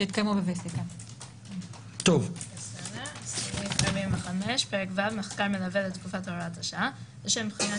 45. פרק ו' מחקר מלווה לתקופת הוראת השעה.לשם בחינת